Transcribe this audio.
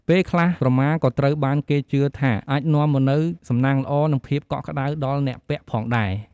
ពេលខ្លះ ក្រមាក៏ត្រូវបានគេជឿថាអាចនាំមកនូវសំណាងល្អ និងភាពកក់ក្ដៅដល់អ្នកពាក់ផងដែរ។